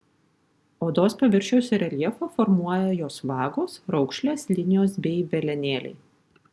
odos paviršiaus reljefą formuoja jos vagos raukšlės linijos bei velenėliai